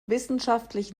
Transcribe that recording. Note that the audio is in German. wissenschaftlich